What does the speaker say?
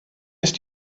ist